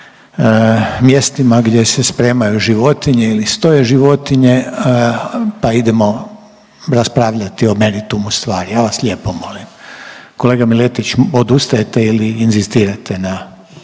mjestima gdje se spremaju životinje ili stoje životinje, pa idemo raspravljati o meritumu stvari, ja vas lijepo molim. Kolega Miletić odustajete ili inzistirate na